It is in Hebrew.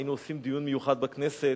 היינו עושים דיון מיוחד בכנסת.